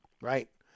Right